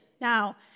Now